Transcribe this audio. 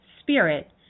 spirit